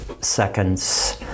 seconds